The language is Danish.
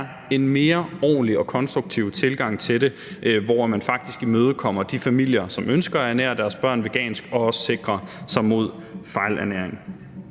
en mere ordentlig og konstruktiv tilgang til det, hvor man faktisk imødekommer de familier, som ønsker at ernære deres børn vegansk og sikre sig imod fejlernæring.